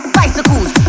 bicycles